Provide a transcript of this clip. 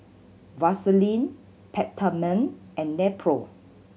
Vaselin Peptamen and Nepro